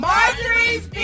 Marjorie's